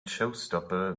showstopper